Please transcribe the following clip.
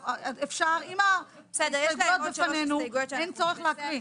אם ההסתייגויות בפנינו אין צורך להקריא.